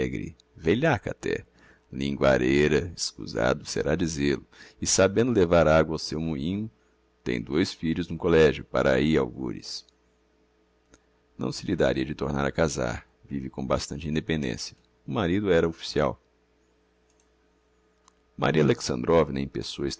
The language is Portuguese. até linguareira escusado será dizê-lo e sabendo levar agua ao seu moinho tem dois filhos no collegio para ahi algures não se lhe daria de tornar a casar vive com bastante independencia o marido era official maria alexandrovna em pessoa